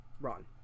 run